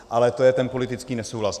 Ale to je ten politický nesouhlas.